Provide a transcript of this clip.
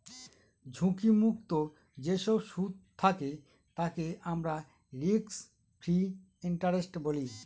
ঝুঁকি মুক্ত যেসব সুদ থাকে তাকে আমরা রিস্ক ফ্রি ইন্টারেস্ট বলি